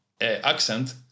accent